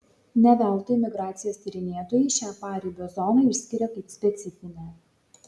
ne veltui migracijos tyrinėtojai šią paribio zoną išskiria kaip specifinę